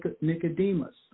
Nicodemus